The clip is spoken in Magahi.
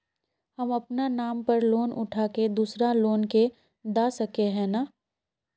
हम अपना नाम पर लोन उठा के दूसरा लोग के दा सके है ने